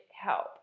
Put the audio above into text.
help